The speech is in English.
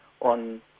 on